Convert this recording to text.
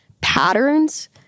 patterns